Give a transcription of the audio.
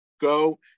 go